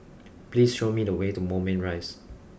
please show me the way to Moulmein Rise